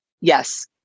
Yes